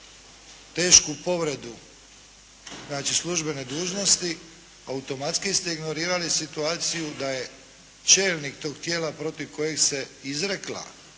tešku povredu znači službene dužnosti automatski ste ignorirali situaciju da je čelnik tog tijela protiv kojeg se izrekla